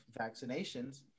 vaccinations